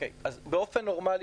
באופן נורמלי,